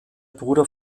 bruder